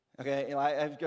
Okay